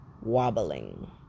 Wobbling